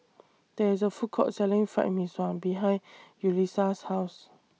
There IS A Food Court Selling Fried Mee Sua behind Yulisa's House